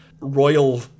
royal